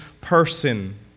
person